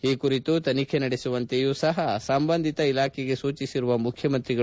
ಈ ಕುರಿತು ತನಿಖೆ ನಡೆಸುವಂತೆಯೂ ಸಹ ಸಂಬಂಧಿತ ಇಲಾಖೆಗೆ ಸೂಚಿಸಿರುವ ಮುಖ್ಯಮಂತ್ರಿಗಳು